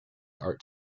art